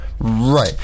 Right